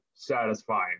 satisfying